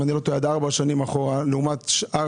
אם אני לא טועה 4 שנים אחורה לעומת שאר